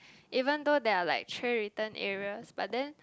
even though there are like tray return areas but then